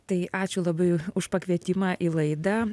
tai ačiū labai už pakvietimą į laidą